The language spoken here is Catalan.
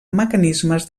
mecanismes